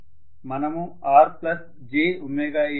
AC steady state ని reach అవగలదు